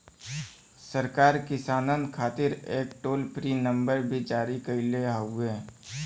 सरकार किसानन खातिर एक टोल फ्री नंबर भी जारी कईले हउवे